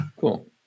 Cool